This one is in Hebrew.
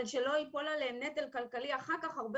אבל שלא ייפול עליהם נטל כלכלי אחר כך הרבה